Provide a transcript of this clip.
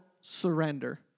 surrender